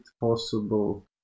possible